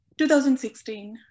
2016